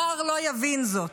זר לא יבין זאת.